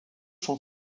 sont